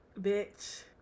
bitch